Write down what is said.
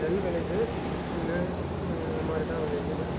நெல் விளையுது லே இது மாதிரி தான் விளையுது